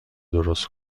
درست